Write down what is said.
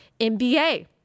NBA